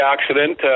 accident